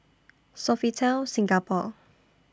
Sofitel Singapore